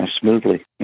smoothly